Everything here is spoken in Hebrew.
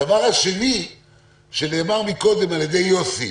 הדבר השני שנאמר קודם על-ידי יוסי,